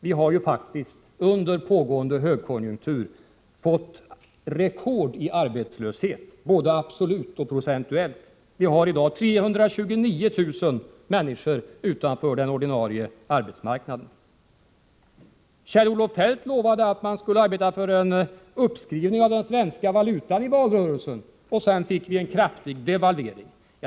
Vi har faktiskt, under pågående högkonjunktur, fått rekord i arbetslöshet, både absolut och procentuellt. Vi har i dag 329 000 människor utanför den ordinarie arbetsmarknaden. Kjell-Olof Feldt lovade i valrörelsen att socialdemokraterna skulle arbeta för en uppskrivning av den svenska valutan. Sedan fick vi en kraftig devalvering.